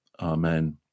Amen